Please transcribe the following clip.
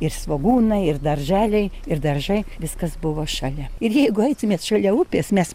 ir svogūnai ir darželiai ir daržai viskas buvo šalia ir jeigu eitumėt šalia upės mes